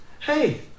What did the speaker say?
Hey